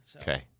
Okay